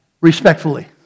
Respectfully